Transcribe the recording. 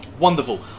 Wonderful